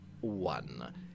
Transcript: one